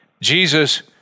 Jesus